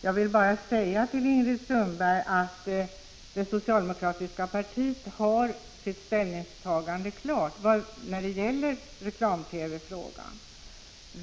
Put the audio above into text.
Jag vill bara säga till Ingrid Sundberg att det socialdemokratiska partiet har sitt ställningstagande klart i fråga om reklam-TV.